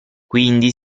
quindi